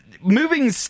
Moving